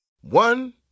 One